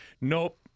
Nope